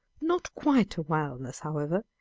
not quite a wilderness, however,